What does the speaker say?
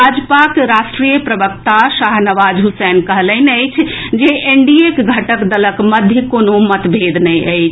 भाजपाक राष्ट्रीय प्रवक्ता शाहनवाज हुसैन कहलनि अछि जे एनडीएक घटक दलक मध्य कोनो मतभेद नहि अछि